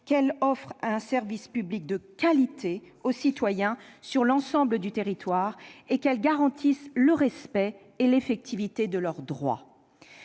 qu'elles offrent un service public de qualité aux citoyens sur l'ensemble du territoire et qu'elles garantissent le respect et l'effectivité de leurs droits.